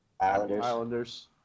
Islanders